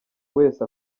wese